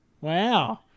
Wow